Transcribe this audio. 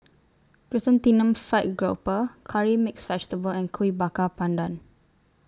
Chrysanthemum Fried Grouper Curry Mixed Vegetable and Kuih Bakar Pandan